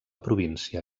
província